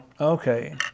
okay